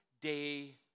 day